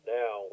now